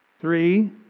three